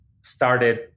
started